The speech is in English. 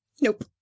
Nope